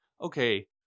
Okay